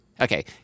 Okay